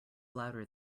louder